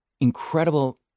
incredible